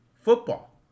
football